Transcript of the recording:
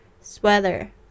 Sweater